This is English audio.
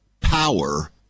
power